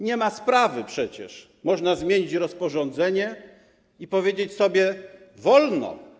Nie ma sprawy, przecież można zmienić rozporządzenie i powiedzieć sobie: Wolno.